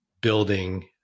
building